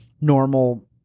normal